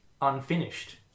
unfinished